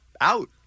out